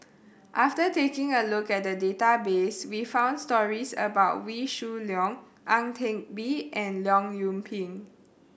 after taking a look at the database we found stories about Wee Shoo Leong Ang Teck Bee and Leong Yoon Pin